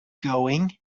going